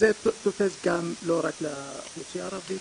זה תופס לא רק לאוכלוסייה הערבית,